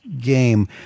game